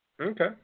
Okay